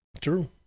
True